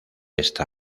esta